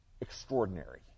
extraordinary